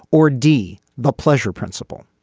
or d the pleasure principle.